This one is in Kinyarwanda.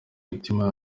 imitima